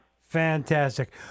Fantastic